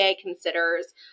considers